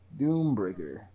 Doombreaker